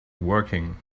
working